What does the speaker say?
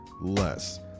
less